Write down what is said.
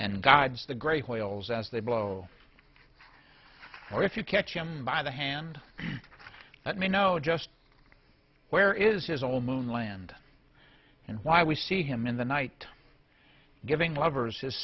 and guides the gray whales as they blow or if you catch him by the hand let me know just where is his old moon land and why we see him in the night giving lovers his